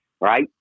right